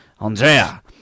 Andrea